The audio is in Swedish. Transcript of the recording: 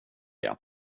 jag